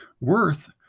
Worth